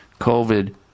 covid